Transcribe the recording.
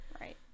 right